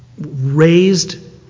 raised